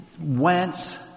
went